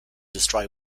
destroy